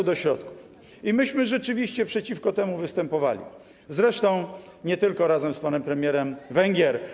I myśmy rzeczywiście przeciwko temu występowali, zresztą nie tylko razem z panem premierem Węgier.